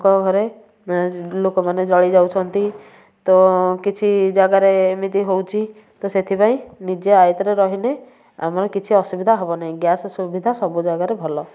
ଲୋକଙ୍କ ଘରେ ଲୋକମାନେ ଜଳିଯାଉଛନ୍ତି ତ କିଛି ଜାଗାରେ ଏମିତି ହେଉଛି ତ ସେଥିପାଇଁ ନିଜେ ଆୟତ୍ତରେ ରହିଲେ ଆମର କିଛି ଅସୁବିଧା ହେବନାହିଁ ଗ୍ୟାସ୍ ସୁବିଧା ସବୁ ଜାଗାରେ ଭଲ